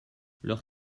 leur